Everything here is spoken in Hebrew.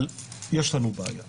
אבל יש לנו בעיה.